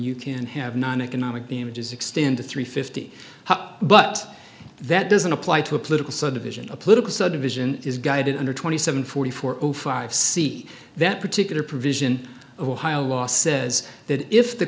you can have noneconomic damages extend to three fifty but that doesn't apply to a political subdivision a political subdivision is guided under twenty seven forty four or five c that particular provision of ohio law says that if the